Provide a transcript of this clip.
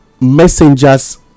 messengers